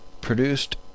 produced